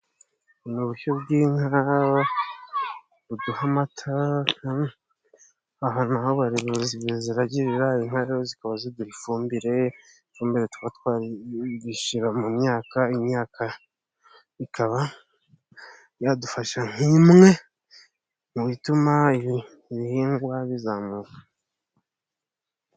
Ni bushyo bw'inka buduha amata. Aha ni aho abarinzi baziragirira ,inka rero zikaba ziduha ifumbire; ifumbire tubatwashyira mu myaka; imyaka ikaba yadufasha nk'imwe mu bituma ibihingwa bizamuka.